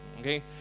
okay